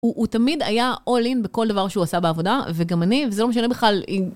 הוא תמיד היה all in בכל דבר שהוא עושה בעבודה, וגם אני, וזה לא משנה בכלל אם...